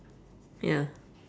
ya